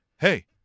hey